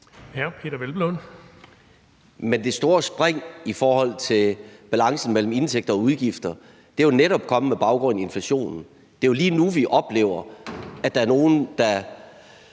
Men det store spring i forhold til balancen mellem indtægter og udgifter er jo netop kommet med baggrund i inflationen. Det er jo lige nu, vi oplever, at der er borgere,